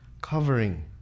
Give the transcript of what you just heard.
covering